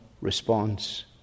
response